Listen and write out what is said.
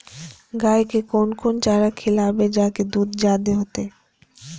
गाय के कोन कोन चारा खिलाबे जा की दूध जादे होते?